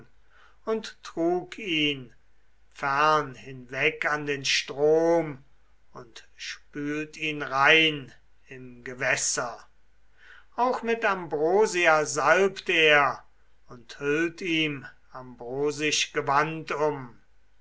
trage darauf ihn fern hinweg an den strom und spül ihn rein im gewässer auch mit ambrosia salb ihn und hüll ihm